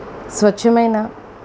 స్వచ్ఛమైన